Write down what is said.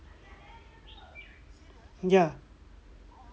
ya